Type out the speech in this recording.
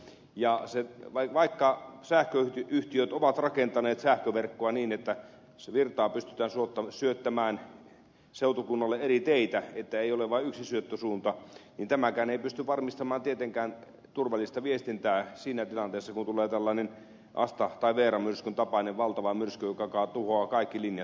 ja vaikka sähköyhtiöt ovat rakentaneet sähköverkkoa niin että virtaa pystytään syöttämään seutukunnalle eri teitä ettei ole vain yksi syöttösuunta niin tämäkään ei tietenkään pysty varmistamaan turvallista viestintää siinä tilanteessa kun tulee tällainen asta tai veera myrskyn tapainen valtava myrsky joka tuhoaa kaikki linjat